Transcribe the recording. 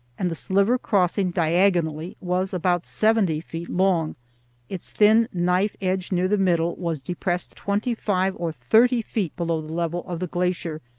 and the sliver crossing diagonally was about seventy feet long its thin knife-edge near the middle was depressed twenty-five or thirty feet below the level of the glacier,